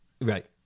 Right